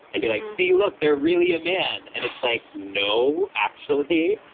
and be like, see, look, they're really a man. and it's like, no, actually,